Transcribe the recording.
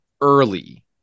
early